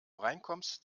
reinkommst